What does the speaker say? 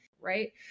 Right